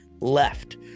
left